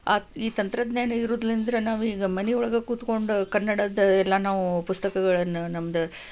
ಈ ತಂತ್ರಜ್ಞಾನ ಇರೋದ್ಲಿಂದ್ರ ನಾವೀಗ ಮನೆಯೊಳಗ ಕೂತ್ಕೊಂಡು ಕನ್ನಡದ ಎಲ್ಲ ನಾವು ಪುಸ್ತಕಗಳನ್ನು ನಮ್ದು